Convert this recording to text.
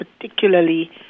particularly